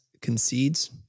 concedes